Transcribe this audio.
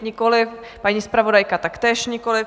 Nikoliv, paní zpravodajka taktéž nikoliv.